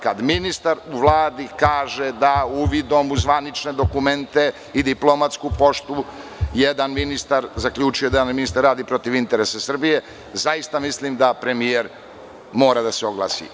Kada ministar u Vladi kaže da uvidom u zvanične dokumente i diplomatsku poštu, jedan ministar je zaključio da ministar radi protiv interesa Srbije, zaista mislim da premijer mora da se oglasi.